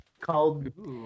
Called